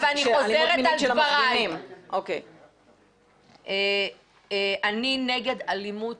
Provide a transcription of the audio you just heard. אני חוזרת על דבריי, אני נגד אלימות